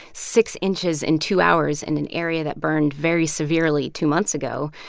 six inches in two hours in an area that burned very severely two months ago,